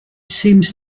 seems